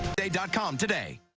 dot com today.